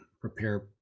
prepare